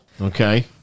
Okay